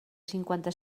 cinquanta